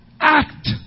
Act